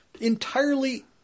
entirely